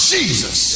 Jesus